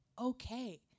okay